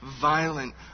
violent